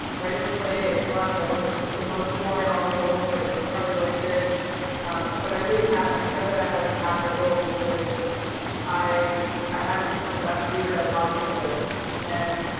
where i didn't play as much. i wasn't the one scoring all the goals, like carli lloyd did but i really had, i know that i had an impactful role because i i had to become the best leader i possibly could and